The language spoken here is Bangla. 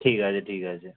ঠিক আছে ঠিক আছে